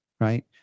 right